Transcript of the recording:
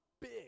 big